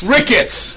Rickets